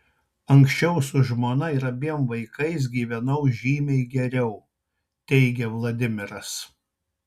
anksčiau su žmona ir abiem vaikais gyvenau žymiai geriau teigia vladimiras